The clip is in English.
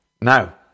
Now